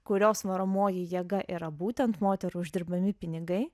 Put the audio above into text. kurios varomoji jėga yra būtent moterų uždirbami pinigai